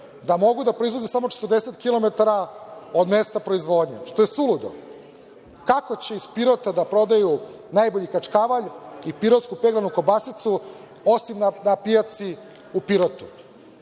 da mogu da proizvode samo 40 kilometara od mesta proizvodnje, što je suludo. Kako će iz Pirota da prodaju najbolji kačkavalj i pirotsku peglanu kobasicu, osim na pijaci u Pirotu?